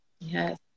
Yes